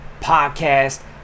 podcast